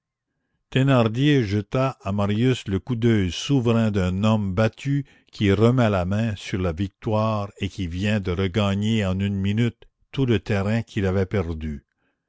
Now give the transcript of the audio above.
thénardier jeta à marius le coup d'oeil souverain d'un homme battu qui remet la main sur la victoire et qui vient de regagner en une minute tout le terrain qu'il avait perdu